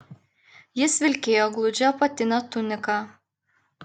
jis vilkėjo gludžią apatinę tuniką